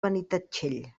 benitatxell